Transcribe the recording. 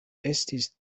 estis